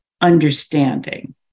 understanding